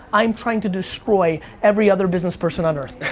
i am trying to destroy every other business person on earth.